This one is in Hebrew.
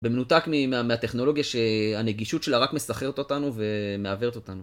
במנותק מהטכנולוגיה שהנגישות שלה רק מסחררת אותנו ומעוורת אותנו.